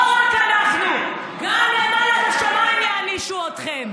לא רק אנחנו, גם למעלה, בשמיים, יענישו אתכם.